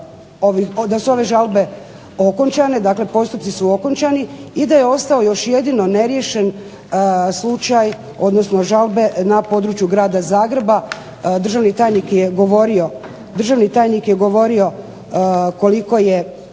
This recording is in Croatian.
da su ove žalbe okončane, postupci su okončani i da je ostao još jedino neriješen slučaj odnosno žalbe na području Grada Zagreba. Državni tajnik je govorio koliko je